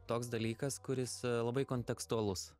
toks dalykas kuris labai kontekstualus